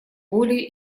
более